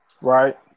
Right